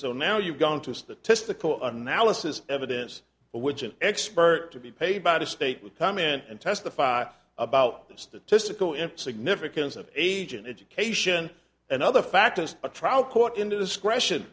so now you've gone to statistical analysis evidence which an expert to be paid by the state would come in and testify about the statistical in significance of age and education and other factors a trial court indiscretion